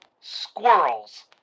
squirrels